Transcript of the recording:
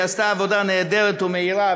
והיא עשתה עבודה נהדרת ומהירה,